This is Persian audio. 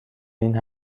این